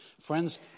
Friends